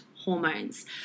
hormones